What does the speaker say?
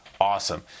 Awesome